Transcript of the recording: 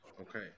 okay